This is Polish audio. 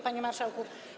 Panie Marszałku!